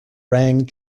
rang